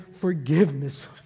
forgiveness